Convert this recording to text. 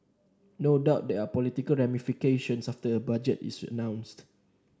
no doubt there are political ramifications after a budget is announced